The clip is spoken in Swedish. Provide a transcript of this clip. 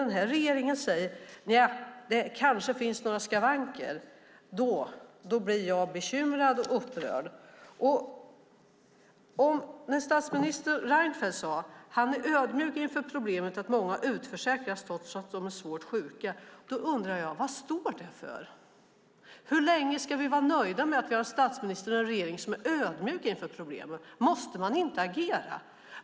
Men när regeringen säger att det kanske finns några skavanker blir jag bekymrad och upprörd. När statsminister Reinfeldt sade att han är ödmjuk inför problemet att många utförsäkras trots att de är svårt sjuka undrar jag: Vad står det för? Hur länge ska vi vara nöjda med att vi har en statsminister och en regering som är ödmjuka inför problemet? Måste man inte agera?